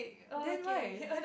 then why